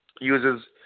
uses